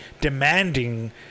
demanding